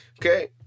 Okay